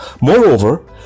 Moreover